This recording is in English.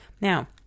Now